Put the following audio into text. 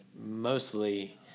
mostly